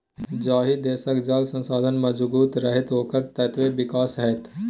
जाहि देशक जल संसाधन मजगूत रहतै ओकर ततबे विकास हेतै